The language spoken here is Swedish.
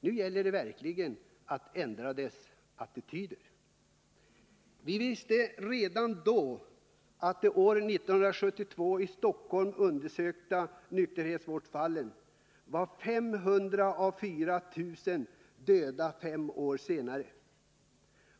Nu gäller det verkligen att ändra attityderna. Vi visste redan då att av år 1972 i Stockholm undersökta nykterhetsvårdsfall var 500 av 4 000 döda fem år senare.